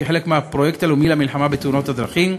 כחלק מהפרויקט הלאומי של מלחמה בתאונות הדרכים,